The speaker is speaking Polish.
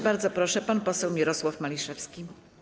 Bardzo proszę, pan poseł Mirosław Maliszewski.